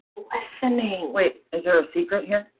listening. wait, is there a secret here?